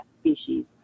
species